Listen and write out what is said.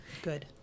Good